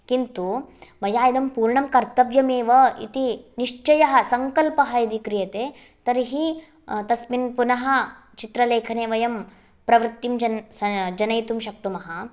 किन्तु मया इदं पूर्णं कर्तव्यमेव इति निश्चयः सङ्कल्पः यदि क्रियते तर्हि तस्मिन् पुनः चित्रलेखने वयं प्रवृत्तिं स जनयितुं शक्नुमः